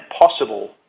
possible